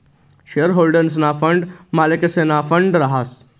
share होल्डर्सना fund हाऊ मालकेसना फंड रहास